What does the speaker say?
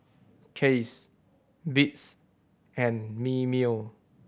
Kiehl's Beats and Mimeo